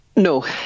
No